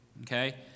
Okay